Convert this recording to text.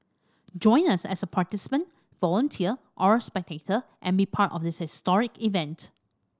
join us as a participant volunteer or spectator and be part of this historic event